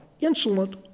insolent